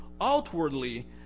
outwardly